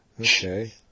Okay